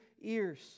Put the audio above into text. ears